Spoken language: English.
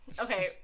Okay